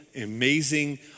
amazing